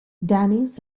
daniels